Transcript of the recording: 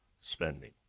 spending